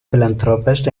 philanthropist